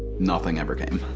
nothing ever came.